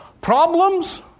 problems